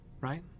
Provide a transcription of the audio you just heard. right